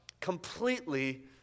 completely